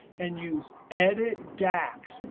and use edit dax.